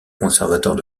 conservatoire